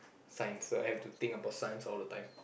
science so I've to think about science all the time